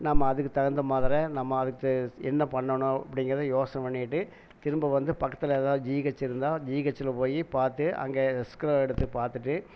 நம்ம அதுக்கு தகுந்த மாதிர நம்ம அதுக்கு என்ன பண்ணனும் அப்படிங்கறத யோசனை பண்ணிட்டு திரும்ப வந்து பக்கத்தில் எதாவது ஜீஹச் இருந்தால் ஜீஹச்ல போய் பார்த்து அங்கே எக்ஸ்ரே எடுத்து பார்த்துட்டு